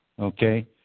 okay